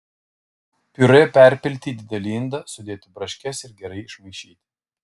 piurė perpilti į didelį indą sudėti braškes ir gerai išmaišyti